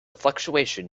fluctuation